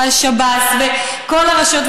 והשב"ס וכל הרשויות,